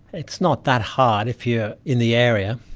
it's not that hard if you are in the area,